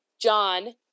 John